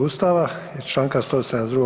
Ustava i Članka 172.